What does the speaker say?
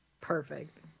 Perfect